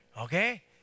Okay